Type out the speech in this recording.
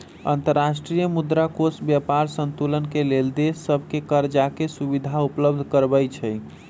अंतर्राष्ट्रीय मुद्रा कोष व्यापार संतुलन के लेल देश सभके करजाके सुभिधा उपलब्ध करबै छइ